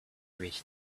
reached